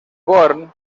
born